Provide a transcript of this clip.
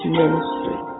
ministry